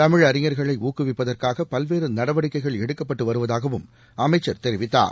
தமிழ் அறிஞர்களை ஊக்குவிப்பதற்காக பல்வேறு நடவடிக்கைகள் எடுக்கப்பட்டு வருவதாகவும் அமைச்சர் தெரிவித்தார்